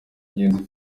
nyangezi